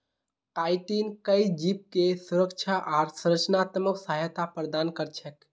chitin कई जीवके सुरक्षा आर संरचनात्मक सहायता प्रदान कर छेक